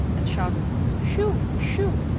and shouted shoo! shoo!